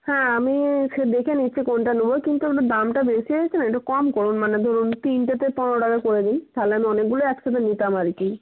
হ্যাঁ আমি সে দেখে নিচ্ছি কোনটা নেব কিন্তু এগুলোর দামটা বেশি হয়েছে না একটু কম করুন মানে ধরুন তিনটেতে পনেরো টাকা করে দিন তাহলে আমি অনেকগুলো একসাথে নিতাম আর কি